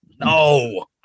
no